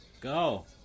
Go